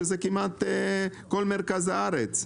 שזה כמעט כל מרכז הארץ.